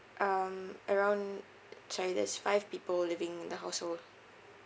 um around total there's five people living in the household